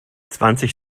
zwanzig